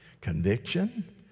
Conviction